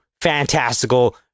fantastical